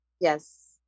Yes